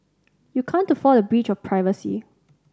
you can't afford a breach of privacy